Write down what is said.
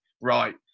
Right